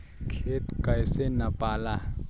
खेत कैसे नपाला?